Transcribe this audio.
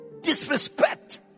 disrespect